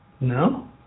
No